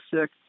sick